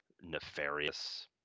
nefarious